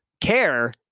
care